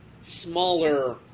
smaller